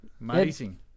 Amazing